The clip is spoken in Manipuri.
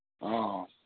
ꯑꯧ